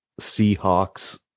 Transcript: Seahawks –